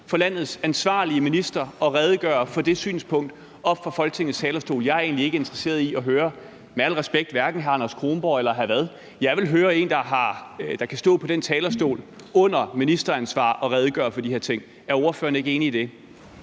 for landets ansvarlige minister at redegøre for det synspunkt oppe fra Folketingets talerstol. Jeg er egentlig ikke interesseret i at høre, med al respekt, hverken hr. Anders Kronborg eller hr. Frederik Vad. Jeg vil høre en, der kan stå på den talerstol under ministeransvar og redegøre for de her ting. Er ordføreren ikke enig i det?